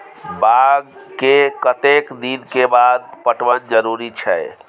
बाग के कतेक दिन के बाद पटवन जरूरी छै?